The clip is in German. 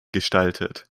gestaltet